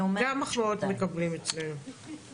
או רק הכל מכוון לאחריות של החברה על הנושא?